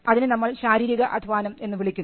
അതിനെ നമ്മൾ ശാരീരിക അധ്വാനം എന്ന് വിളിക്കുന്നു